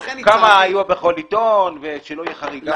כמה היו בכל עיתון, ושלא תהיה חריגה